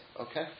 Okay